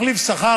מחליף שכר.